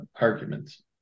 arguments